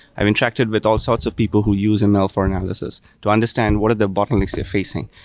i'm interacting with all sorts of people who use and ml for analysis to understand what are the bottlenecks they're facing.